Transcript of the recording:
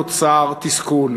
וכך נוצר תסכול,